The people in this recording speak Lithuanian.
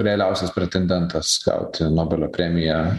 realiausias pretendentas gauti nobelio premiją